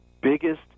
biggest